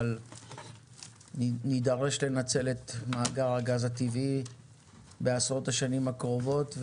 אבל נידרש לנצל את מאגר הגז הטבעי בעשרות השנים הקרובות,